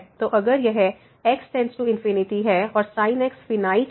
तो अगर यह x→∞ है और sin x फिनाइट है